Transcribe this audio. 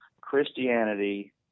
Christianity